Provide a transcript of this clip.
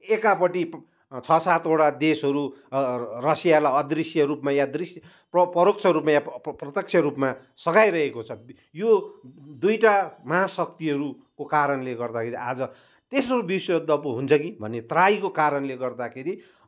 एकापट्टि छ सातवटा देशहरू रसियालाई अदृश्य रूपमा या दृश्य प परोक्ष रूपमा या प्रत्यक्ष रूपमा सघाइरहेको छ यो दुईवटा महाशक्तिहरूको कारणले गर्दाखेरि आज तेस्रो विश्वयुद्ध पो हुन्छ कि भन्ने त्राहीको कारणले गर्दाखेरि